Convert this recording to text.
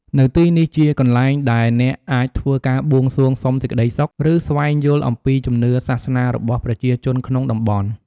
នៅទីនេះជាកន្លែងដែលអ្នកអាចធ្វើការបួងសួងសុំសេចក្តីសុខ ឬស្វែងយល់អំពីជំនឿសាសនារបស់ប្រជាជនក្នុងតំបន់ ។